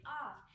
off